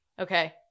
Okay